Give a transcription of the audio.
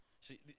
see